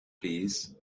please